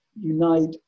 unite